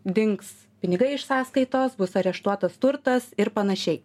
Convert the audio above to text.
dings pinigai iš sąskaitos bus areštuotas turtas ir panašiai